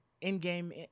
in-game